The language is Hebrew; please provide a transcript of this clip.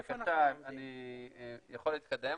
בבקשה, אני יכול להתקדם.